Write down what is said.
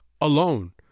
alone